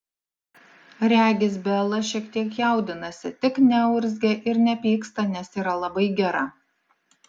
regis bela šiek tiek jaudinasi tik neurzgia ir nepyksta nes yra labai gera